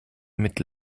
mit